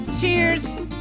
cheers